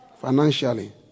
Financially